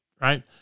Right